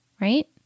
Right